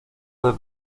desde